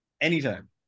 Anytime